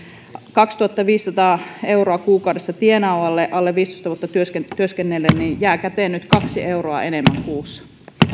kaksituhattaviisisataa euroa kuukaudessa tienaavalle alle viisitoista vuotta työskennelleelle jää käteen nyt kaksi euroa enemmän kuussa